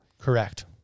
Correct